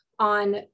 on